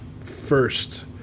first